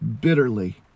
bitterly